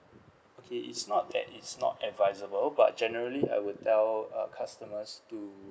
K it is not that it's not advisable but generally I would tell uh customers to